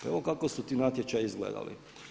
Evo kako su ti natječaji izgledali.